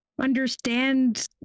Understand